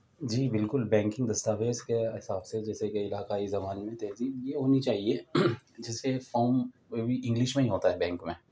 جی بالکل بینکنگ دستاویز کے حساب سے جیسے کہ علاقائی زبان تہذیب یہ ہونی چاہیے جس سے فارم کوئی بھی انگلش میں ہی ہوتا ہے بینک میں